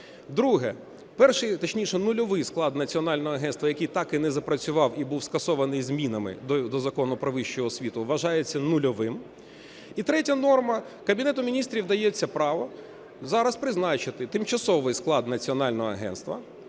Друге. Перший, точніше, нульовий склад Національного агентства, який так і не запрацював і був скасований змінами до Закону "Про вищу освіту", вважається нульовим. І третя норма. Кабінету Міністрів дається право зараз призначити тимчасовий склад Національного агентства,